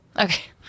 Okay